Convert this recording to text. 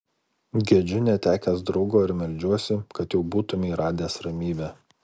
gedžiu netekęs draugo ir meldžiuosi kad jau būtumei radęs ramybę